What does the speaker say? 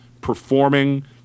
performing